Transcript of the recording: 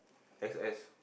X_S